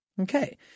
Okay